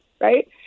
right